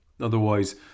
Otherwise